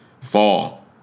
fall